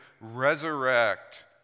resurrect